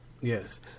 Yes